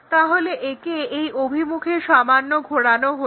তাহলে একে এই অভিমুখে সামান্য ঘোরানো হলো